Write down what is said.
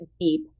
deep